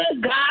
God